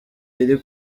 iri